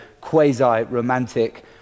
quasi-romantic